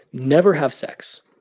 never have sex,